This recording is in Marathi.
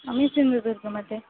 मी सिंधुदुर्गमध्ये